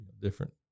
different